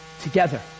Together